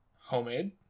homemade